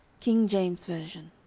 king james version,